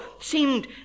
seemed